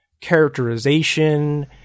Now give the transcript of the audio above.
characterization